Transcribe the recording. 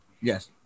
Yes